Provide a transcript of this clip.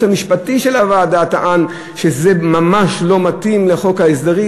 הייעוץ המשפטי של הוועדה טען שזה ממש לא מתאים לחוק ההסדרים.